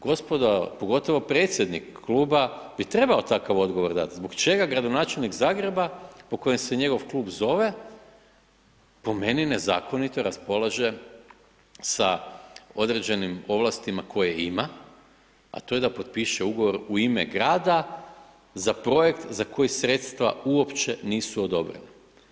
Gospodo, pogotovo predsjednik kluba bi trebao takav odgovor dati, zbog čega gradonačelnik Zagreba po kojem se njegov klub zove, po meni nezakonito raspolaže sa određenim ovlastima koje ima a to je da potpiše ugovor u ime grada za projekt za koji sredstva uopće nisu odobrena?